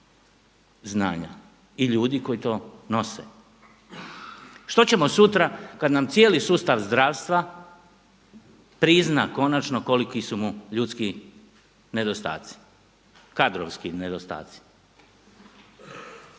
znanja i ljudi koji to nose. Što ćemo sutra kad nam cijeli sustav zdravstva prizna konačno koliki su mu ljudski nedostaci, kadrovski nedostaci.